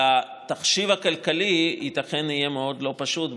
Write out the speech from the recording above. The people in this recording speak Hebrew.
והתחשיב הכלכלי ייתכן שיהיה מאוד לא פשוט,